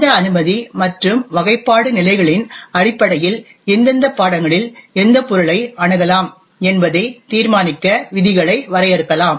இந்த அனுமதி மற்றும் வகைப்பாடு நிலைகளின் அடிப்படையில் எந்தெந்த பாடங்களில் எந்த பொருளை அணுகலாம் என்பதை தீர்மானிக்க விதிகளை வரையறுக்கலாம்